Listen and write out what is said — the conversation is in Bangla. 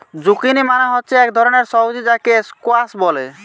জুকিনি মানে হচ্ছে এক ধরণের সবজি যাকে স্কোয়াস বলে